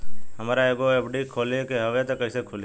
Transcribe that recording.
हमरा एगो एफ.डी खोले के हवे त कैसे खुली?